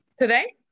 Today